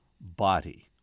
body